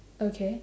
okay